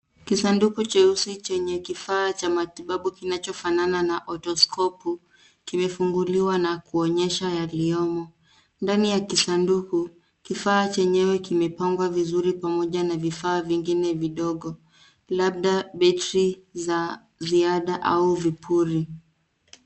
Kisanduku cheusi chenye kifaa cha matibabu kinachofanana na otoskopu kimefunguliwa na kuonyesha yaliyomo. Ndani ya kisanduku, kifaa chenyewe kimepangwa vizuri pamoja na vifaa vingine vidogo labda battery za ziada au vipuli.